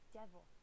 devil